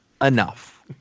enough